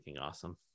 awesome